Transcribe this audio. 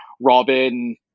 Robin